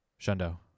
Shundo